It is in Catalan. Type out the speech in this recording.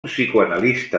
psicoanalista